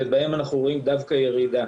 ובהם אנחנו רואים דווקא ירידה.